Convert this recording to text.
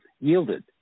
yielded